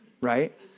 Right